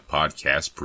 Podcast